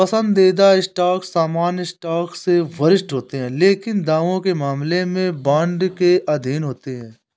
पसंदीदा स्टॉक सामान्य स्टॉक से वरिष्ठ होते हैं लेकिन दावों के मामले में बॉन्ड के अधीनस्थ होते हैं